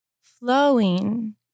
Flowing